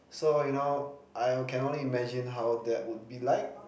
so you know I can only imagine how that would be like